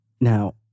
now